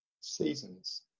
seasons